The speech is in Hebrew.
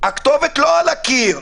הכתובת לא על הקיר,